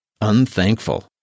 unthankful